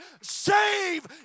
Save